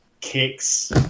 kicks